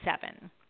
seven